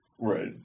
Right